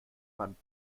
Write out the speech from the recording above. man